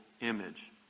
image